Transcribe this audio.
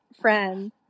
friend